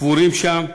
קבורים שם.